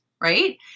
Right